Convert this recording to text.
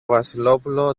βασιλόπουλο